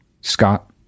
Scott